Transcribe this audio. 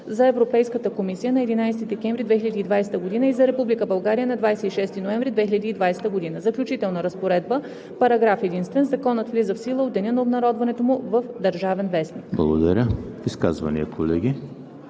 за Европейската комисия на 11 декември 2020 г. и за Република България на 26 ноември 2020 г. Заключителна разпоредба Параграф единствен. Законът влиза в сила от деня на обнародването му в „Държавен вестник“.“ ПРЕДСЕДАТЕЛ ЕМИЛ ХРИСТОВ: Благодаря. Изказвания, колеги?